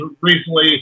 recently